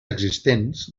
existents